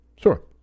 Sure